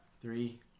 Three